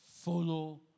Follow